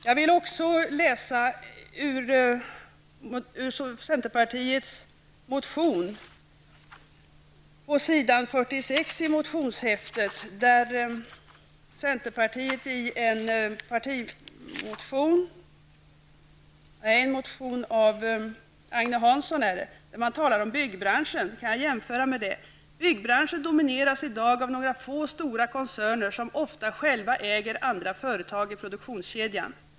Jag vill även läsa vad som står på s. 46 i motionshäftet, där centerpartiet i en motion av Agne Hansson talar om byggbranschen: ''Byggbranschen domineras i dag av några få stora koncerner som ofta själva äger andra företag i produktionskedjan.''